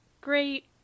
great